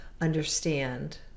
understand